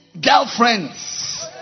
girlfriends